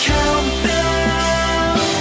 Countdown